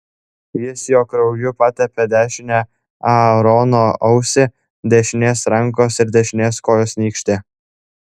jis jo krauju patepė dešinę aarono ausį dešinės rankos ir dešinės kojos nykštį